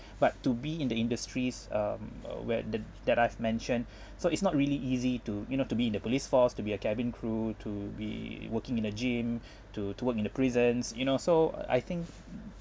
but to be in the industries um uh where that that I've mentioned so it's not really easy to you know to be in the police force to be a cabin crew to be working in a gym to to work in the prisons you know so I think